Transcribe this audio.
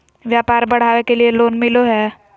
व्यापार बढ़ावे के लिए लोन मिलो है?